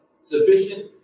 Sufficient